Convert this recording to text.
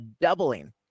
doubling